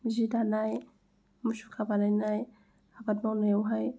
जि दानाय मुसुखा बानायनाय आबाद मावनायावहाय